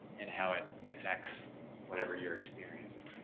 and how it affects whatever you're experiencing.